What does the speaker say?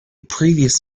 previous